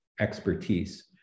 expertise